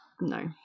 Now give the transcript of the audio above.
No